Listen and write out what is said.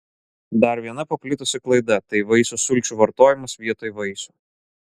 dar viena paplitusi klaida tai vaisių sulčių vartojimas vietoj vaisių